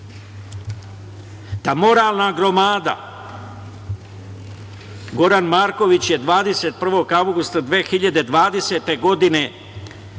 moralna gromada, Goran Marković je 21. avgusta 2020. godine rekao,